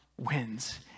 wins